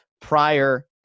prior